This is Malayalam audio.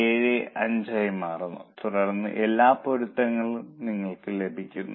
875 ആയി മാറുന്നു തുടർന്ന് എല്ലാ പൊരുത്തങ്ങളും നിങ്ങൾക്ക് ലഭിക്കുന്നു